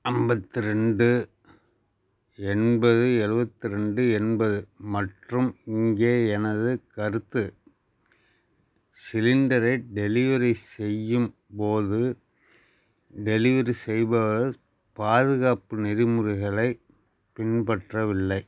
ஐம்பத்தி ரெண்டு எண்பது எழுவத்தி ரெண்டு எண்பது மற்றும் இங்கே எனது கருத்து சிலிண்டரை டெலிவரி செய்யும் போது டெலிவரி செய்பவர் பாதுகாப்பு நெறிமுறைகளைப் பின்பற்றவில்லை